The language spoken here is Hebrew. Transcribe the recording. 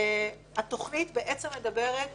התכנית מדברת